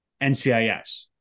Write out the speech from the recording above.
NCIS